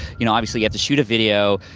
you know obviously you have to shoot a video,